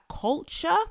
culture